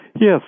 Yes